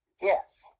yes